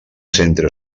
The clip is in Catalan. centre